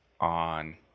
on